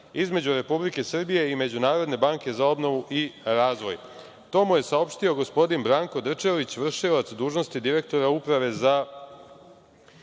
između Republike Srbije i Međunarodne banke za obnovu i razvoj. To mu je saopštio gospodin Branko Drčelić, vršilac dužnosti direktora Uprave za